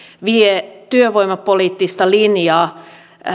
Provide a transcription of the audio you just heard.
vievät työvoimapoliittista linjaa